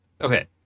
Okay